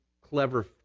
clever